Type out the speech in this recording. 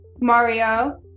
Mario